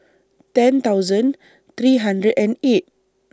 ten thousand three hundred and eight